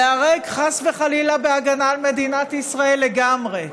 להיהרג, חס וחלילה, בהגנה על מדינת ישראל, לגמרי.